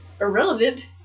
irrelevant